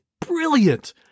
brilliant